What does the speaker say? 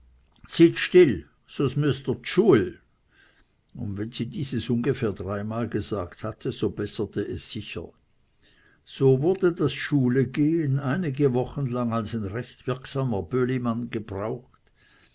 still susch müeßt dr z'schuel und wenn sie dieses ungefähr drei mal gesagt hatte so besserte es sicher so wurde das schulgehen einige wochen lang als ein recht wirksamer bölima gebraucht